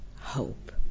hope